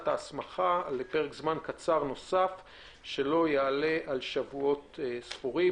ההסמכה לפרק זמן קצר נוסף שלא יעלה על שבועות ספורים ,